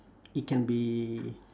it can be